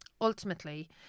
ultimately